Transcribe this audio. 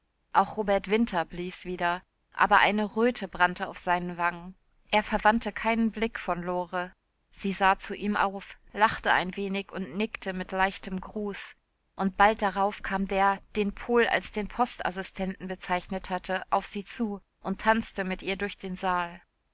auch robert winter blies wieder aber eine röte brannte auf seinen wangen er verwandte keinen blick von lore sie sah zu ihm auf lachte ein wenig und nickte mit leichtem gruß und bald darauf kam der den pohl als den postassistenten bezeichnet hatte auf sie zu und tanzte mit ihr durch den saal